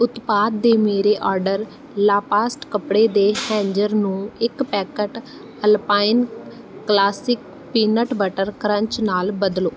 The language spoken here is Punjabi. ਉਤਪਾਦ ਦੇ ਮੇਰੇ ਓਰਡਰ ਲਾਪਾਸਟ ਕੱਪੜੇ ਦੇ ਹੈਂਜਰ ਨੂੰ ਇੱਕ packet Alpine classic peanut butter crunch ਨਾਲ ਬਦਲੋ